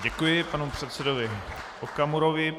Děkuji panu předsedovi Okamurovi.